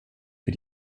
für